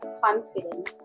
confident